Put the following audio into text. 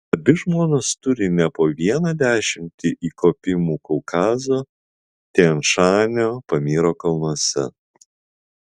abi žmonos turi ne po vieną dešimtį įkopimų kaukazo tian šanio pamyro kalnuose